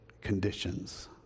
conditions